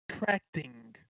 attracting